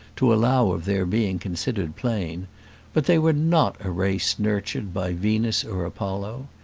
to allow of their being considered plain but they were not a race nurtured by venus or apollo.